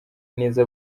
neza